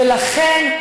ולכן,